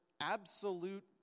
absolute